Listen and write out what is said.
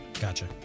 Gotcha